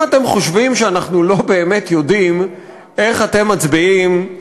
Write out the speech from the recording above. אם אתם חושבים שאנחנו לא באמת יודעים איך אתם מצביעים,